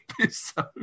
episode